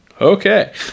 Okay